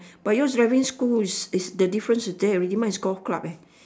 but yours driving school is is the difference there already mah is golf club eh